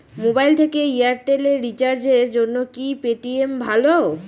Mobile থেকে Airtel এ রিচার্জের জন্য কি পেটিএম ভালো?